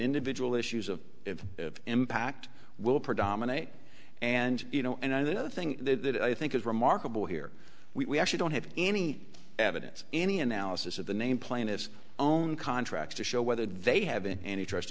individual issues of impact will predominate and you know and the other thing that i think is remarkable here we actually don't have any evidence any analysis of the name plaintiff's own contracts to show whether they have any trust